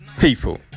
people